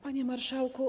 Panie Marszałku!